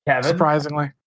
surprisingly